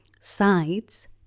Sides